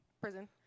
prison